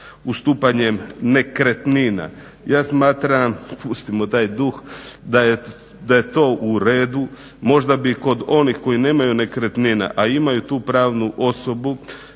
ustupanjem nekretnina. Ja smatram pustimo taj dug da je to uredu, možda bi kod onih koji nemaju nekretnina a imaju tu pravnu osobu